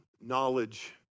knowledge